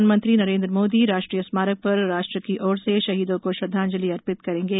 प्रधानमंत्री नरेन्द्र मोदी राष्ट्रीय स्मारक पर राष्ट्र की ओर से शहीदों को श्रद्धांजलि अर्पित करेंगे